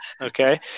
okay